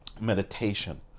meditation